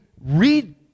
read